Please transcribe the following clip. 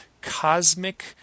cosmic